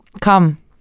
come